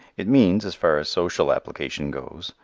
it means, as far as social application goes,